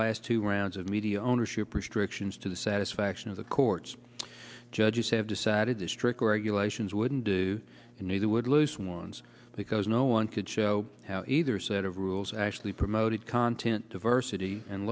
last two rounds of media ownership restrictions to the satisfaction of the courts judges have decided this trick regulations wouldn't do and neither would lose ones because no one could show how either set of rules actually promoted content diversity and